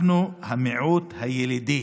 אנחנו המיעוט הילידי